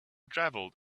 traveled